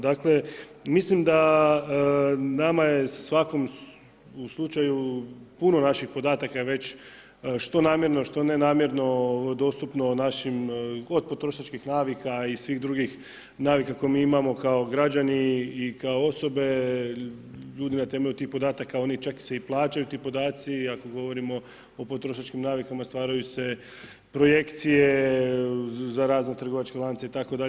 Dakle, mislim da nama je svakom u slučaju puno naših podataka već što namjerno, što nenamjerno dostupno našim od potrošačkih navika i svih drugih navika koje mi imamo kao građani i kao osobe, ljudi na temelju tih podataka oni čak se i plaćaju ti podaci, ako govorimo o potrošačkim navikama stvaraju se projekcije za razne trgovačke lance itd.